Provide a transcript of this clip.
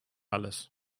alles